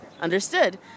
understood